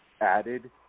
added